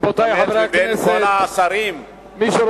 בנושא הזה, בין כל השרים, בשל